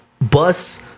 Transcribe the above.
bus